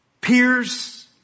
peers